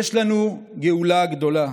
יש לנו גאולה גדולה.